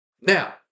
Now